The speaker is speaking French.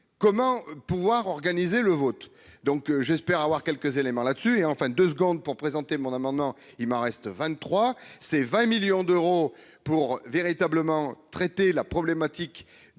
comment pouvoir organiser le vote, donc j'espère avoir quelques éléments là-dessus et en fin de seconde pour présenter mon amendement il Marest vingt-trois c'est 20 millions d'euros pour véritablement traiter la problématique de la